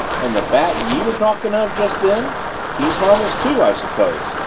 and the bat ye were talking of just then he's harmless too, i suppose?